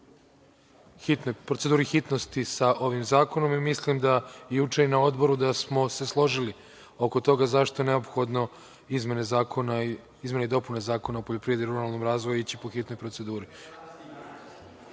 proceduri hitnosti sa ovim zakonom, i mislim da juče i na Odboru da smo se složili oko toga, zašto je neophodno izmene i dopune Zakona o poljoprivredi i ruralnom razvoju ići po hitnoj proceduri. Druga